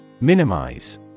Minimize